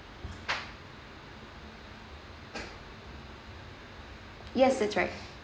yes that's right